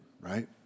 right